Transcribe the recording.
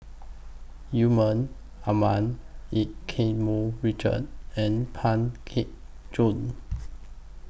Yusman Aman EU Keng Mun Richard and Pang Teck Joon